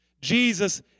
Jesus